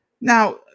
Now